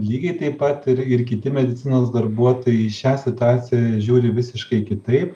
lygiai taip pat ir ir kiti medicinos darbuotojai į šią situaciją žiūri visiškai kitaip